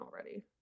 already